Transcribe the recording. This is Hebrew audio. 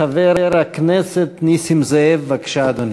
חבר הכנסת נסים זאב, בבקשה, אדוני.